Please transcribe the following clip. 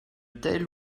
telle